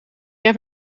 heb